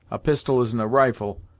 a pistol isn't a rifle,